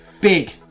big